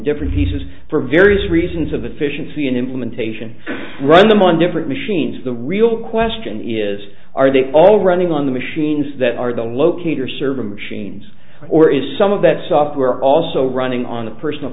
different pieces for various reasons of efficiency and implementation run them on different machines the real question is are they all running on the machines that are the locater server machines or is some of that software also running on a personal